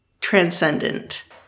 transcendent